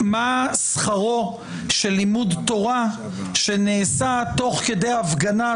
מה שכרו של לימוד תורה שנעשה תוך כדי הפגנת